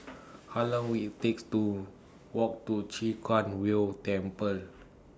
How Long Will IT takes to Walk to Chwee Kang Beo Temple